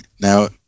Now